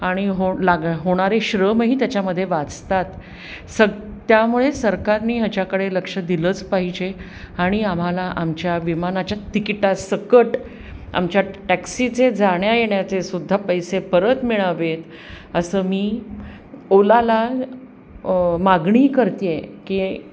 आणि हो लाग होणारे श्रमही त्याच्यामध्ये वाचतात सग त्यामुळे सरकारने ह्याच्याकडे लक्ष दिलंच पाहिजे आणि आम्हाला आमच्या विमानाच्या तिकिटासकट आमच्या टॅक्सीचे जाण्यायेण्याचे सुद्धा पैसे परत मिळावेत असं मी ओलाला मागणी करते आहे की